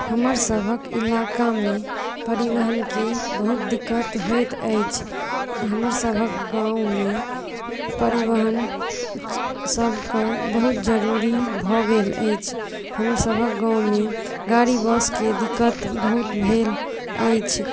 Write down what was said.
हमरसभक इलाकामे परिवहनके बहुत दिक्कत होइत अछि हमरसभक गाँवमे परिवहन सभके बहुत जरूरी भऽ गेल अछि हमरसभक गाँवमे गाड़ी बसके दिक्कत बहुत भेल अछि